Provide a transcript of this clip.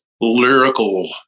lyrical